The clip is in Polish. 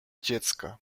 dziecka